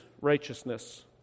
righteousness